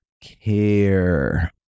care